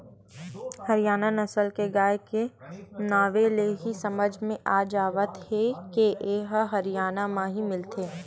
हरियाना नसल के गाय के नांवे ले ही समझ म आ जावत हे के ए ह हरयाना म ही मिलथे